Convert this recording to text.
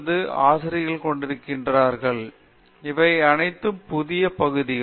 பேராசிரியர் உஷா மோகன் இவை அனைத்தும் புதிய பகுதிகள்